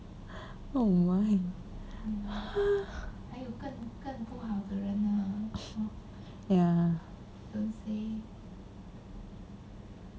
oh my ya